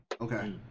Okay